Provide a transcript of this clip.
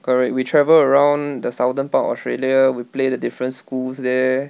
correct we travel around the southern part of australia we play the different schools there